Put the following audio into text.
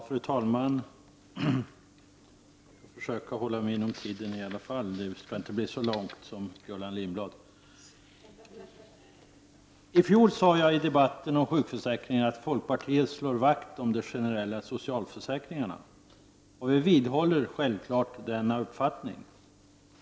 Fru talman! Jag skall försöka hålla mig inom den angivna tiden och inte tala så länge som Gullan Lindblad. I fjol sade jag i debatten om sjukförsäkringen att folkpartiet slår vakt om de generella socialförsäkringarna. Vi vidhåller självfallet denna uppfattning.